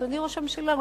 אדוני ראש הממשלה.